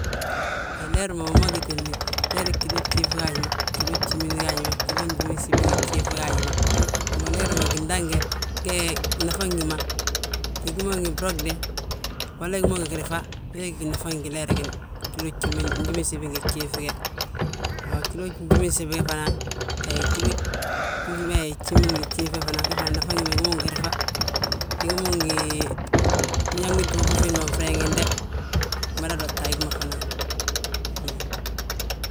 A leer ma gi ma gitilini, leer ggilo gjiif gaaji ma, ggilo gjimin gaaji ma, ggilo njiminsibi ngi gjiif gaaji ma. Mbo leer ma gindaŋ ge, gee nafa gi ma, ugi mo ngi brogde, walla ugí mo ngi girifa, wee gí nafan gileer gi ma ggilo gjimin, ngjiminsibi ngi jiif ge. Wa ggilo njiminsibi we fana, he, ggilo gjimini ngi gjiif ge fana, ge fana nafa wi ma, ugí mo ngi girifa; Ugí mo ngi, biñaŋ mbiti buŧi wiindi ma freeŋinde, umada lotta a gi ma fana,